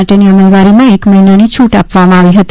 માટેની અમલવારીમાં એક મહિનાની છૂટ આપવામાં આવી હતી